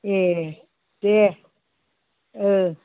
ए दे औ